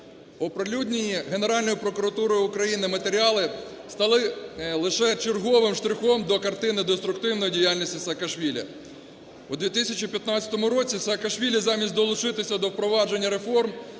Оприлюднені Генеральною прокуратурою України матеріали стали лише черговим штрихом до картини деструктивної діяльності Саакашвілі. У 2015 році Саакашвілі, замість долучитися до впровадження реформ,